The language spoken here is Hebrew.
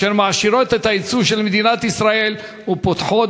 אשר מעשירות את היצוא של מדינת ישראל ופותחות